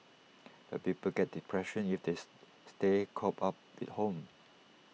but people get depression if this stay cooped up at home